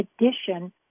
addition